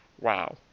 Wow